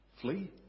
Flee